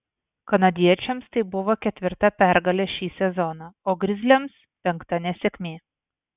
kanadiečiams tai buvo ketvirta pergalė šį sezoną o grizliams penkta nesėkmė